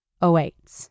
awaits